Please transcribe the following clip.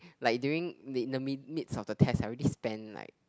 like during the the mid midst of the test I already spend like